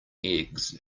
eggs